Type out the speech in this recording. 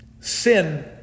Sin